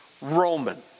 Roman